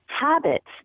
habits